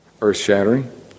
Earth-shattering